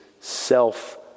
self